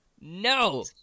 No